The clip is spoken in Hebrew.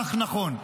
כך נכון,